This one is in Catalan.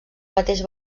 mateix